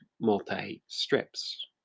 multi-strips